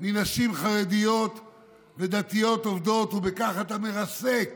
לנשים חרדיות ודתיות עובדות, ובכך אתה מרסק